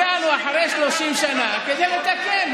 הגענו אחרי 30 שנה כדי לתקן.